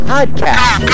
Podcast